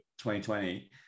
2020